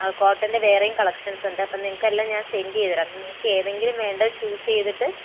ആ കോട്ടണിൻ്റെ വേറെയും കളക്ഷൻസ് ഉണ്ട് അപ്പോൾ നിങ്ങൾക്ക് എല്ലാം ഞാൻ സെൻ്റ് ചെയ്തു തരാം നിങ്ങൾക്ക് ഏതെങ്കിലും വേണ്ടത് ചൂസ് ചെയ്തിട്ട്